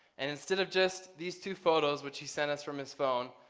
and instead of just these two photos which he sent us from his phone,